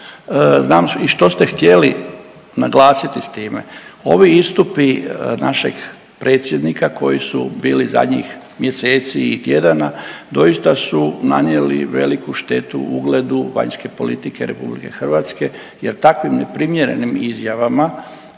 Znam i što ste htjeli naglasiti s time. Ovi istupi našeg predsjednika koji su bili zadnjih mjeseci i tjedana doista su nanijeli veliku štetu ugledu vanjske politike RH jer takvim neprimjerenim izjavama